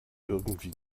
irgendwie